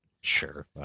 Sure